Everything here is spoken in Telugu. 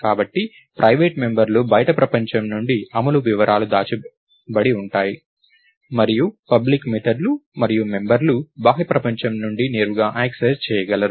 కాబట్టి ప్రైవేట్ మెంబర్లు బయటి ప్రపంచం నుండి అమలు వివరాలు దాచబడి ఉంటాయి మరియు పబ్లిక్ మెథడ్ లు మరియు మెంబర్లు బాహ్య ప్రపంచం నుండి నేరుగా యాక్సెస్ చేయగలరు